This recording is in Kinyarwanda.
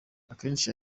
akenshi